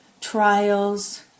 trials